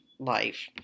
life